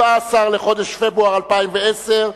17 בפברואר 2010,